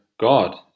God